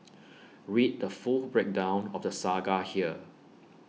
read the full breakdown of the saga here